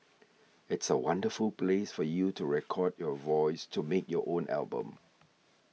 it's a wonderful place for you to record your voice to make your own album